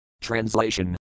Translation